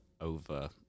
over